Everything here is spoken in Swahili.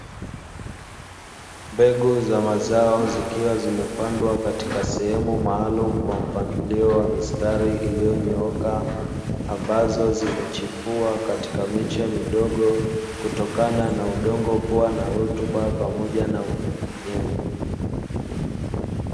Mbegu za mazao zikiwa zimepandwa Katika sehemu maalumu, zimepandwa kwenye mistari iliyonyooka. Ambazo zimechipua katika miche midogo kutokana na udongo kuwa na rutuba pamoja na unyevu unyevu.